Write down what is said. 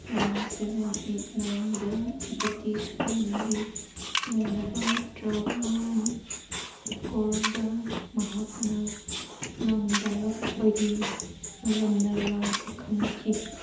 one seven eight ꯅꯥꯏꯟꯗ ꯕ꯭ꯔꯤꯇꯤꯁꯀꯥ ꯃꯔꯤ ꯂꯩꯅꯕ ꯇ꯭ꯔꯥꯕꯥꯟ ꯀꯣꯔꯗ ꯃꯍꯥꯛꯅ ꯂꯪꯗꯔꯛꯄꯒꯤ ꯃꯔꯝꯅ ꯂꯥꯟ ꯊꯣꯛꯍꯟꯈꯤ